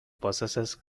possesses